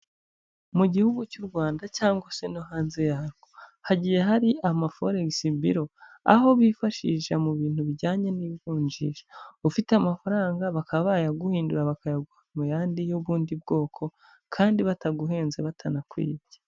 Mu gihugu cy'u Rwanda cyangwa se no hanze yarwo, hagiye hari amaforegisi biro, aho bifashisha mu bintu bijyanye n'ivunjisha, ufite amafaranga bakaba bayaguhindurira bakayaguha mu yandi y'ubundi bwoko kandi bataguhenze batanakwibye.